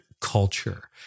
culture